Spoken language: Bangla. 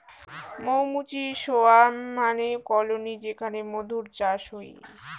মৌ মুচির সোয়ার্ম মানে কলোনি যেখানে মধুর চাষ হই